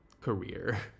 career